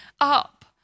up